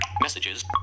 Messages